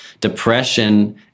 Depression